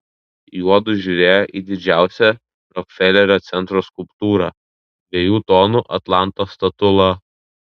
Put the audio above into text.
juodu žiūrėjo į didžiausią rokfelerio centro skulptūrą dviejų tonų atlanto statulą